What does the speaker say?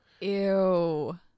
Ew